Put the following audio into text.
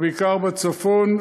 אבל בעיקר בצפון,